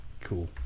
cool